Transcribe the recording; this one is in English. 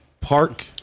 Park